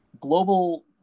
Global